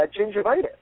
gingivitis